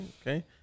okay